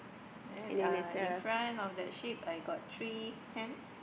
then ya in front of that shape I got three hands